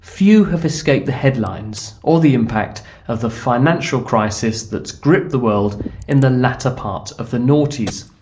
few have escaped the headlines or the impact of the financial crisis that's gripped the world in the latter part of the noughties.